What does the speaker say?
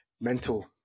mental